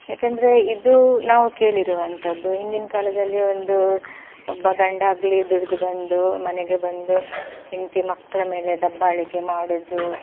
ಯಾಕಂದರೆ ಇದು ನಾವು ಕೇಳಿರುವಂಥದ್ದು ಹಿಂದಿನ ಕಾಲದಲ್ಲಿ ಒಂದು ಒಬ್ಬ ಗಂಡಾಗಲಿ ದುಡಿದು ಬಂದು ಮನೆಗೆ ಬಂದು ಹೆಂಡ್ತಿ ಮಕ್ಕಳ ಮೇಲೆ ದಬ್ಬಾಳಿಕೆ ಮಾಡೋದು